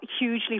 hugely